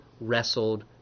wrestled